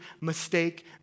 mistake